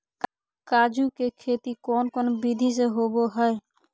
काजू के खेती कौन कौन विधि से होबो हय?